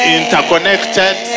interconnected